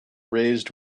raised